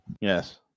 Yes